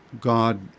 God